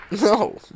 No